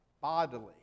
bodily